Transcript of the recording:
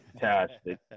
fantastic